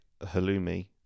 halloumi